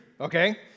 okay